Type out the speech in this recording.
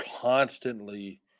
constantly